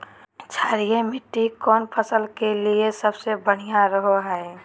क्षारीय मिट्टी कौन फसल के लिए सबसे बढ़िया रहो हय?